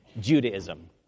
Judaism